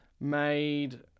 made